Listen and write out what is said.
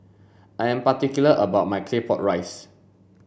I am particular about my claypot rice